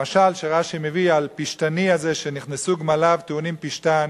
המשל שרש"י מביא על פשתני הזה שנכנסו גמליו טעונים פשתן,